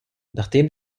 nachdem